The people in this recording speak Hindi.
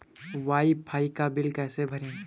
वाई फाई का बिल कैसे भरें?